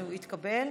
שהוא התקבל.